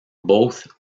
both